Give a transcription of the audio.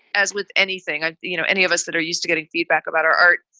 as with anything, i you know any of us that are used to getting feedback about our art.